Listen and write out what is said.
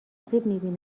آسیب